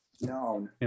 No